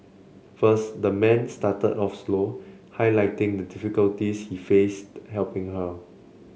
first the man started off slow highlighting the difficulties he faced helping her